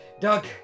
Doug